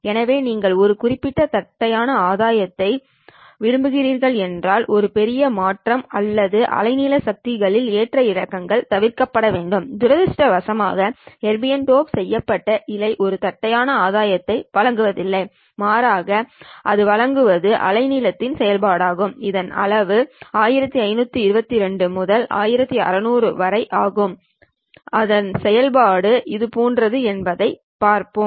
எனவே நீங்கள் ஒரு குறிப்பிட்ட தட்டையான ஆதாயத்தை விரும்புகிறீர்கள் என்றால் இந்த பெரிய மாற்றங்கள் அல்லது அலைநீள சக்திகளில் ஏற்ற இறக்கங்கள் தவிர்க்கப்பட வேண்டும் துரதிர்ஷ்டவசமாக எர்பியம் டோப் செய்யப்பட்ட இழை ஒரு தட்டையான ஆதாயத்தை வழங்குவதில்லை மாறாக அது வழங்குவது அலைநீளத்தின் செயல்பாடாகும் இதன் அளவு 1522 முதல் 1600 வரை இருக்கும் ஆதாய செயல்பாடு இதுபோன்றது என்பதைக் பார்ப்போம்